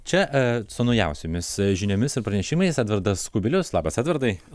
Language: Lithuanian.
čia su naujausiomis žiniomis ir pranešimais edvardas kubilius labas edvardai